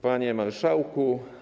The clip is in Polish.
Panie Marszałku!